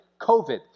COVID